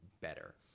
better